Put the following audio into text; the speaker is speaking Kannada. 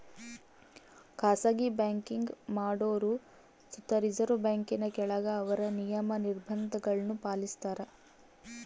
ಖಾಸಗಿ ಬ್ಯಾಂಕಿಂಗ್ ಮಾಡೋರು ಸುತ ರಿಸರ್ವ್ ಬ್ಯಾಂಕಿನ ಕೆಳಗ ಅವ್ರ ನಿಯಮ, ನಿರ್ಭಂಧಗುಳ್ನ ಪಾಲಿಸ್ತಾರ